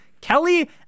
Kelly